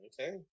Okay